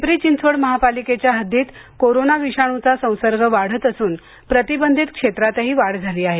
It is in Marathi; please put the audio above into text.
पिंपरी चिंचवड महापालिकेच्या हद्दीत कोरोना विषाणुचा संसर्ग वाढत असून प्रतिबंधित क्षेत्रातही वाढ झाली आहे